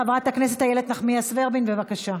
חברת הכנסת איילת נחמיאס ורבין, בבקשה.